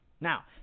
Now